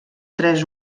tres